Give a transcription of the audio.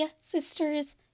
sisters